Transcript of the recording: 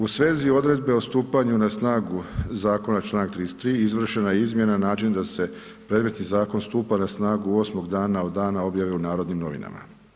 U svezi odredbe o stupanju na snagu zakona, Članak 33. izvršena je izmjena na način da se predmetni zakon stupa na snagu 8 dana od dana objave u narodnim novinama.